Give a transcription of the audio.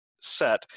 set